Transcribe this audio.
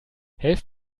helft